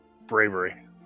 bravery